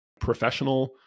professional